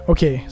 Okay